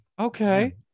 okay